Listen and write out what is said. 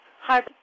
Hi